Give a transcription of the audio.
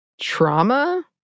trauma